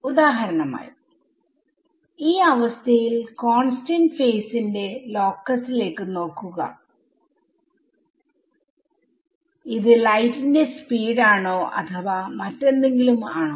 ഉദാഹരണമായിആ അവസ്ഥയിൽ കോൺസ്റ്റന്റ് ഫേസിന്റെ ലോക്കസിലേക്ക് നോക്കുക ഇത് ലൈറ്റിന്റെ സ്പീഡ് ആണോ അഥവാ മറ്റെന്തെങ്കിലും ആണോ